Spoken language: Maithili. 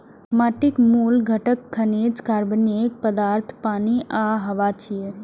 माटिक मूल घटक खनिज, कार्बनिक पदार्थ, पानि आ हवा छियै